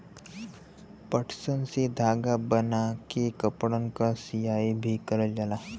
पटसन से धागा बनाय के कपड़न क सियाई भी करल जाला